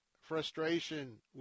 frustration